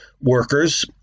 workers